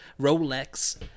Rolex